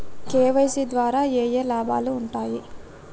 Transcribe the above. KYC ద్వారా ఏఏ లాభాలు ఉంటాయి?